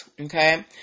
Okay